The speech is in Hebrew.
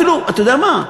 אפילו, אתה יודע מה?